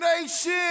Nation